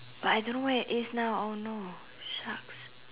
but I don't know where it is now oh no shucks